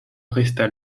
resta